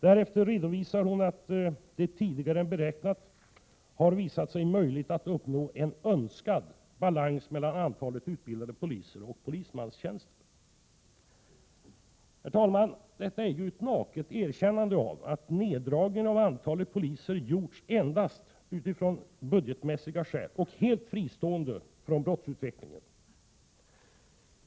Därefter redovisar hon att det tidigare än beräknat har visat sig möjligt att uppnå ”den eftersträvade balansen mellan utbildade poliser och polistjänster”. Herr talman! Detta är ett naket erkännande av att neddragningen av antalet poliser har gjorts endast av budgetmässiga skäl och helt fristående från brottsutvecklingen.